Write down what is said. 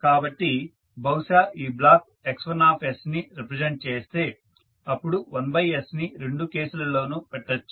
కాబట్టి బహుశా ఈ బ్లాక్ X1ని రిప్రజెంట్ చేస్తే అప్పుడు 1sని రెండు కేసులలోనూ పెట్టొచ్చు